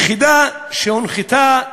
יחידה שהונחתה כנראה,